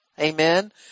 Amen